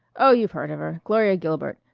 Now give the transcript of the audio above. oh, you've heard of her gloria gilbert.